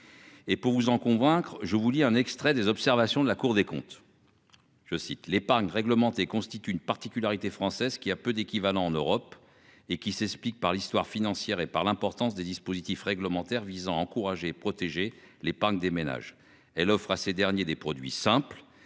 Et pour vous en convaincre. Je vous lis un extrait des observations de la Cour des comptes. Je cite